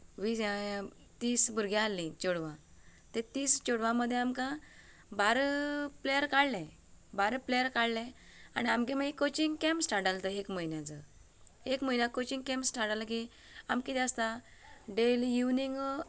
तीस भुरगीं आसली चेडवां तर तीस चेडवां मदें आमकां बारां प्लेयर काडले बारा प्लेयर काडले आनी आमगे मागीर कोचींग केम्प स्टार्ट जालो तो एक म्हयन्याचो एक म्हयन्याचो कोचींग केम्प स्टार्ट जालो की आमकां कितें आसता डेली इवनींग